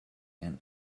and